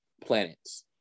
planets